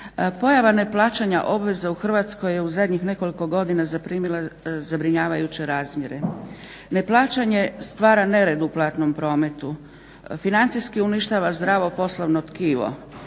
Pojava neplaćanja obaveza u Hrvatskoj je u zadnjih nekoliko godina zaprimila zabrinjavajuće razmjere. Neplaćanje stvara nered u platnom prometu, financijski uništava zdravo poslovno tkivo,